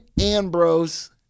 Ambrose